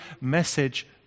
message